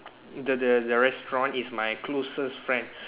the the the restaurant is my closest friend